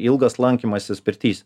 ilgas lankymasis pirtys